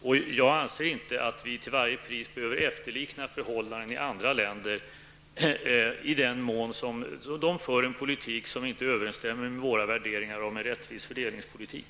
Jag anser inte att vi till varje pris behöver efterlikna förhållanden i andra länder i den mån man där för en politik som inte överensstämmer med våra värderingar om en rättvis fördelningspolitik.